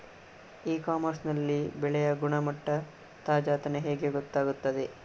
E commerce ನಲ್ಲಿ ಬೆಳೆಯ ಗುಣಮಟ್ಟ, ತಾಜಾತನ ಹೇಗೆ ಗೊತ್ತಾಗುತ್ತದೆ?